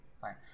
Fine